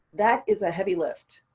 that is a heavy lift.